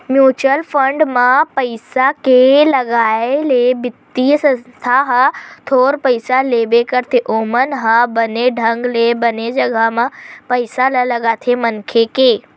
mutual fund म पइसा के लगाए ले बित्तीय संस्था ह थोर पइसा लेबे करथे ओमन ह बने ढंग ले बने जघा म पइसा ल लगाथे मनखे के